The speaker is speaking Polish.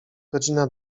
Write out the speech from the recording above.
godzina